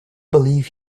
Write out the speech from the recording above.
believe